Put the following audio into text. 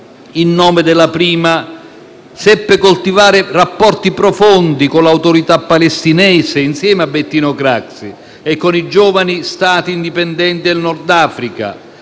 In nome della prima, seppe coltivare rapporti profondi con l'Autorità palestinese, insieme a Bettino Craxi, e con i giovani Stati indipendenti del Nord Africa;